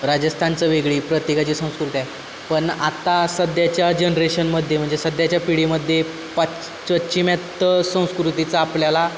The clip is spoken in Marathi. राजस्थानचं वेगळी प्रत्येकाची संस्कृती आहे पण आता सध्याच्या जनरेशनमध्ये म्हणजे सध्याच्या पिढीमध्ये पाश्चिमात्य संस्कृतीचा आपल्याला